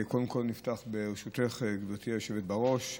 קודם כול נפתח, ברשותך, גברתי היושבת בראש,